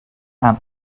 and